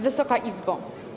Wysoka Izbo!